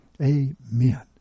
Amen